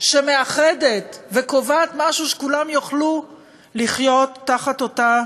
שמאחדת וקובעת משהו, שכולם יוכלו לחיות תחת אותה